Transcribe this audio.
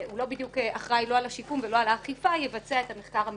והוא לא אחראי לא על השיקום ולא על האכיפה יבצע את המחקר המלווה.